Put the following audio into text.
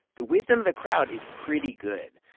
the wisdom of the crowd is pretty good.